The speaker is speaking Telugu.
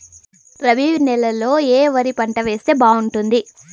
రబి నెలలో ఏ వరి పంట వేస్తే బాగుంటుంది